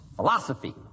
Philosophy